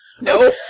No